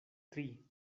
tri